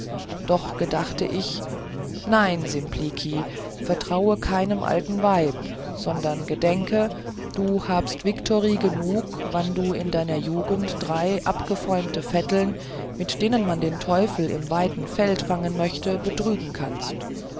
doch gedachte ich nein simplici vertraue keinem alten weib sondern gedenke du habst victori genug wann du in deiner jugend drei abgefäumte alte vetteln mit denen man den teufel im weiten feld fangen möchte betrügen kannst